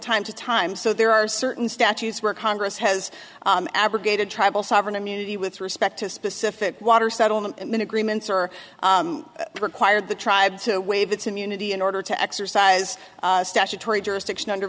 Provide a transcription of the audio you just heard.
time to time so there are certain statutes where congress has abrogated tribal sovereign immunity with respect to specific water settlement when agreements are required the tribe to waive its immunity in order to exercise statutory jurisdiction under